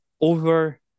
over